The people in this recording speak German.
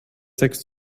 sechs